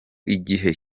igihe